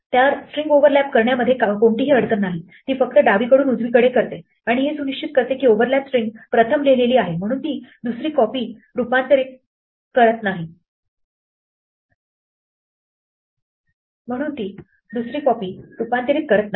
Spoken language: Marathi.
तर स्ट्रिंग ओव्हरलॅप करण्यामध्ये कोणतीही अडचण नाही ती फक्त डावीकडून उजवीकडे करते आणि हे सुनिश्चित करते की ओव्हरलॅप स्ट्रिंग प्रथम लिहिलेली आहे म्हणून ती दुसरी कॉपी रूपांतरित होणार नाही